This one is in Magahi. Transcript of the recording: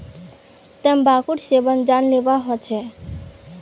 तंबाकूर सेवन जानलेवा ह छेक